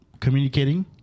communicating